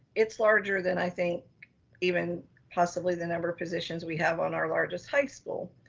it's larger than i think even possibly the number of positions we have on our largest high school.